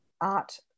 art